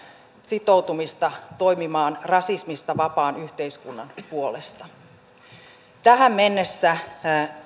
sitoutumista toimimaan rasismista vapaan yhteiskunnan puolesta tähän mennessä